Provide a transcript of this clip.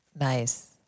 Nice